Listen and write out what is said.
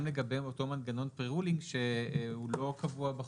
גם לגבי אותו מנגנון פרה-רולינג שהוא לא קבוע בחוק.